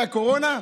הייתה הקורונה?